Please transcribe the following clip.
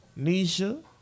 Nisha